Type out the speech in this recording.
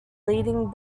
leading